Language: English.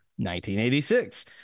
1986